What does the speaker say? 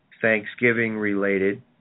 Thanksgiving-related